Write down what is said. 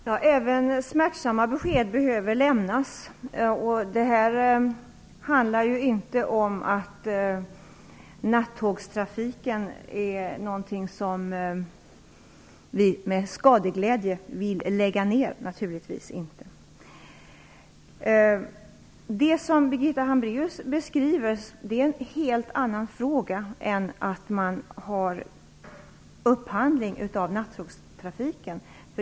Herr talman! Även smärtsamma besked behöver lämnas. Det handlar ju inte om att nattågstrafiken är någonting som vi med skadeglädje vill lägga ner, naturligtvis inte. Det som Birgitta Hambraeus beskriver är en helt annan fråga än en upphandling av nattågstrafiken.